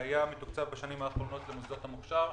שהיה מתוקצב בשנים האחרונות במוסדות המוכש"ר,